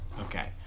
Okay